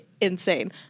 insane